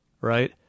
right